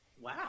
Wow